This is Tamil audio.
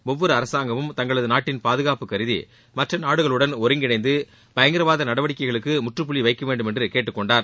ஒவ்வொரு அரசாங்கமும் தங்களது நாட்டின் பாதுகாப்பு கருதி மற்ற நாடுகளுடன் ஒருங்கிணைந்து பயங்கரவாத நடவடிக்கைகளுக்கு முற்றுப்புள்ளி வைக்கவேண்டும் என்று கேட்டுக்கொண்டார்